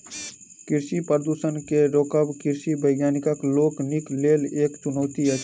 कृषि प्रदूषण के रोकब कृषि वैज्ञानिक लोकनिक लेल एक चुनौती अछि